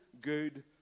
good